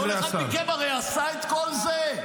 הרי כל אחד מכם עשה את כל זה,